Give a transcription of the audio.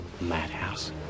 Madhouse